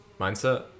mindset